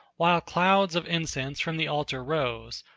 while clouds of incense from the altar rose,